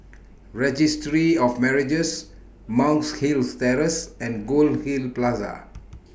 Registry of Marriages Monk's Hill Terrace and Goldhill Plaza